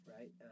Right